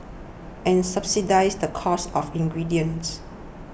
and subsidise the cost of ingredients